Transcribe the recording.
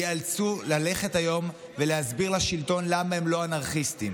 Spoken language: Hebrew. ייאלצו ללכת היום ולהסביר לשלטון למה הם לא אנרכיסטים.